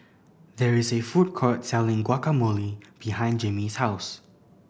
there is a food court selling Guacamole behind Jamie's house